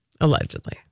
Allegedly